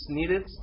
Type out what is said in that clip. needed